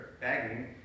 begging